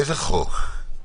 איזה חוק?